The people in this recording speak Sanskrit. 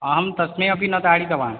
अहं तम् अपि न ताडितवान्